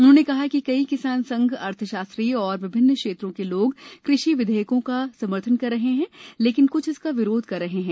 उन्होंने कहा कि कई किसान संघ अर्थशास्त्री और विभिन्न क्षेत्रों के लोग कृषि विधेयकों का समर्थन कर रहे हैं लेकिन क्छ इसका विरोध कर रहे हैं